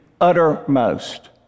uttermost